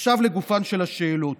עכשיו לגופן של השאלות.